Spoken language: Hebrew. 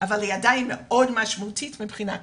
אבל היא עדיין מאו משמעותית מבחינה כללית.